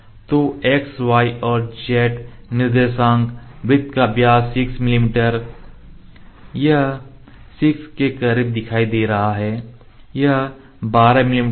तो x y और z निर्देशांक और वृत्त का व्यास 6 मिमी तो यह 6 के करीब दिखाई दे रहा है यह 12 मिमी व्यास है